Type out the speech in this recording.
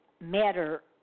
matter